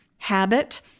Habit